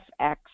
FX